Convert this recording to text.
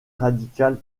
radical